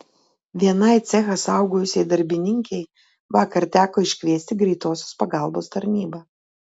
vienai cechą saugojusiai darbininkei vakar teko iškviesti greitosios pagalbos tarnybą